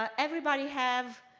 um everybody have